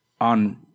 on